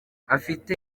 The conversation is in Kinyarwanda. afite